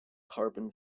carbon